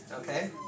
Okay